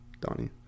Donnie